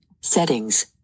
Settings